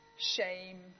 shame